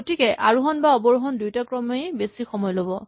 গতিকে আৰোহন বা অৱৰোহন দুয়োটা ক্ৰমেই বেছি সময় ল'ব